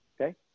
Okay